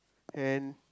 and